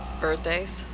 Birthdays